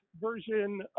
version